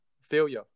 failure